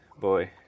boy